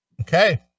Okay